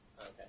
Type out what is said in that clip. Okay